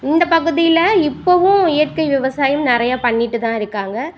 இந்தப் பகுதியில் இப்பவும் இயற்கை விவசாயம் நிறைய பண்ணிகிட்டு தான் இருக்காங்க